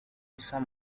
some